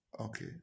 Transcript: Okay